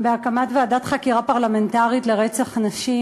בהקמת ועדת חקירה פרלמנטרית בנושא רצח נשים.